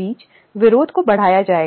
कई बार कुछ या अन्य